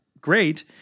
great